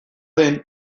den